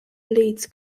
leeds